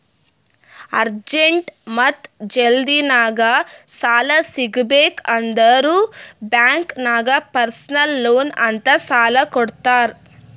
urgent ಮತ್ತ ಜಲ್ದಿನಾಗ್ ಸಾಲ ಸಿಗಬೇಕ್ ಅಂದುರ್ ಬ್ಯಾಂಕ್ ನಾಗ್ ಪರ್ಸನಲ್ ಲೋನ್ ಅಂತ್ ಸಾಲಾ ಕೊಡ್ತಾರ್